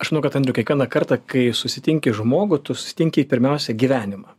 aš manau kad andriau kiekvieną kartą kai susitinki žmogų tu susitinki pirmiausia gyvenimą